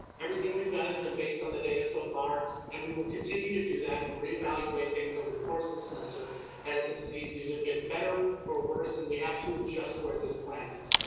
everything we've done has been based on the data so far and we will continue to do that and reevaluate things over the course of the semester as the disease either gets better or worse and we have to adjust where this plan is.